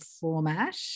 format